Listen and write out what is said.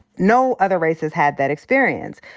no other races had that experience.